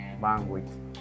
bandwidth